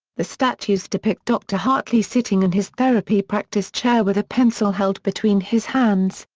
the statues depict dr. hartley sitting in his therapy practice chair with a pencil held between his hands,